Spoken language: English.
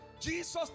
Jesus